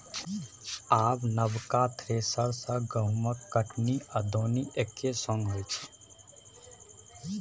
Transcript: आब नबका थ्रेसर सँ गहुँमक कटनी आ दौनी एक्के संग होइ छै